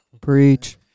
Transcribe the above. Preach